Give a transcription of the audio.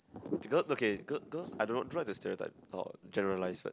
because okay because I don't like to stereotype or generalise but